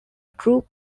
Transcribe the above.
troupe